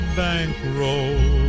bankroll